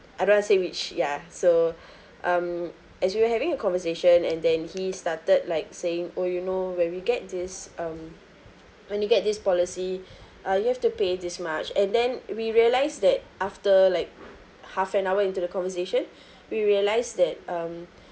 I don't want to say which ya so um as we were having a conversation and then he started like saying oh you know when we get this um when you get this policy uh you have to pay this much and then we realised that after like half an hour into the conversation we realised that um it is not